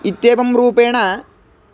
इत्येवं रूपेण